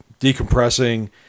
decompressing